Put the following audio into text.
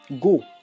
Go